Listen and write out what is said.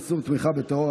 איסור תמיכה בטרור),